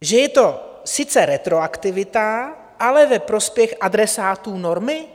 Že je to sice retroaktivita, ale ve prospěch adresátů normy?